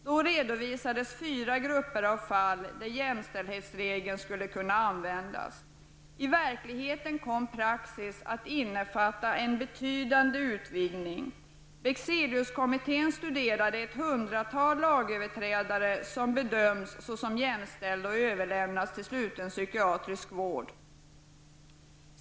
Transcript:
Då redovisades fyra grupper av fall där jämställdhetsregeln skulle kunna användas. I verkligheten kom praxis att innefatta en betydande utvidgning. Bexeliuskommittén studerade ett hundratal fall av lagöverträdare som bedömdes som jämställda och därför överlämnades till sluten psykiatrisk vård.